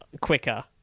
quicker